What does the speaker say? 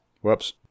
Whoops